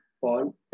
Paul